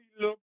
look